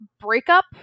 breakup